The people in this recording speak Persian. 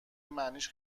معنیش